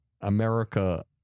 America